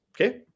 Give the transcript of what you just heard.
Okay